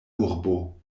urbo